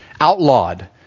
outlawed